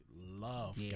love